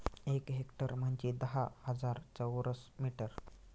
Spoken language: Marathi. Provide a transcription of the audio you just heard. एक हेक्टर म्हणजे दहा हजार चौरस मीटर